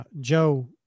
Joe